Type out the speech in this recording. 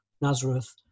Nazareth